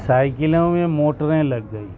سائیکلوں میں موٹریں لگ گئی